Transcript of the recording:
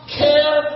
care